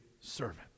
servant